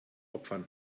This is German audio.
opfern